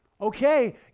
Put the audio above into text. Okay